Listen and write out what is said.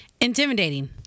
intimidating